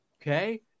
okay